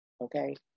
Okay